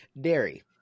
Dairy